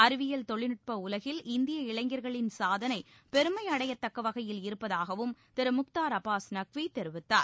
அறிவியல் தொழில்நுட்ப உலகில் இந்திய இளைஞர்களின் சாதனை பெருமை அடையத்தக்க வகையில் இருப்பதாகவும் திரு முக்தார் அப்பாஸ் நக்வி தெரிவித்தார்